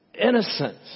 Innocent